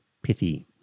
Pithy